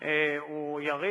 הוא יריב,